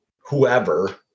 whoever